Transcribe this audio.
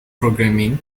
programming